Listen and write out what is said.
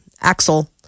Axel